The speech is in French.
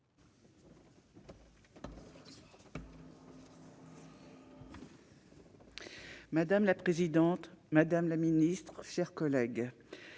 Madame la présidente, madame la ministre, mes chers collègues,